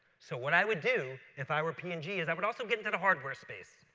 so what i would do if i were p and g is i would also get into the hardware space.